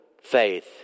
faith